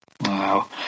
Wow